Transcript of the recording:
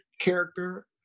character